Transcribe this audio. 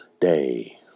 day